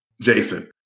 Jason